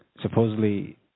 supposedly